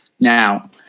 Now